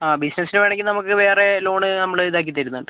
ആ ബിസിനസ്സിന് വേണമെങ്കിൽ നമുക്ക് വേറെ ലോൺ നമ്മള് ഇതാക്കി തരുന്നുണ്ട്